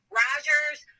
rogers